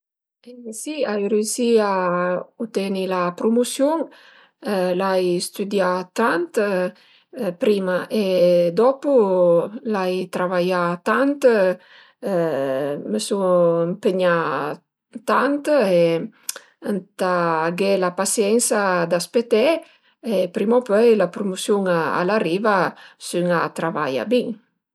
Si ai reusì a uteni la prumusiun, l'ai stüdià tant prima e dopu l'ai travaià tant, më sun ëmpegnà tant e ëntà aghé la pasiensa dë speté e prima u pöi la prumusiun al ariva se ün a travaia bin